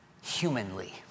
humanly